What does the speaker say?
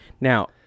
Now